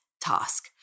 task